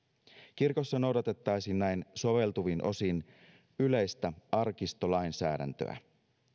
kirkossa noudatettaisiin näin soveltuvin osin yleistä arkistolainsäädäntöä